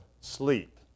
sleep